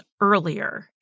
earlier